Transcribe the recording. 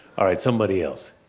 all right somebody else.